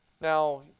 Now